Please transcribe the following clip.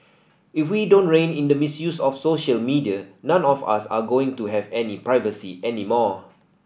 if we don't rein in the misuse of social media none of us are going to have any privacy anymore